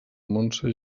montse